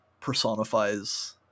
personifies